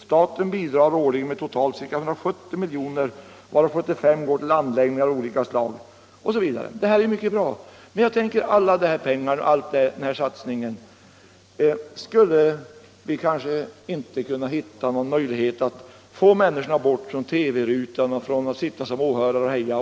Staten bidrar årligen med totalt ca 170 miljoner kronor, varav 75 går tull anläggningar av olika slag.” Detta är mycket bra. Men jag tänker: Med alla dessa pengar, genom hela denna satsning — skulle vi inte kunna hitta någon möjlighet att få människorna bort från TV-rutan och från att sitta som åhörare och heja?